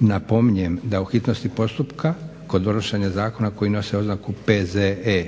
Napominjem da o hitnosti postupka kod donošenja zakona koji nose oznaku PZE